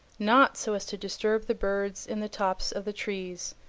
not so as to disturb the birds in the tops of the trees,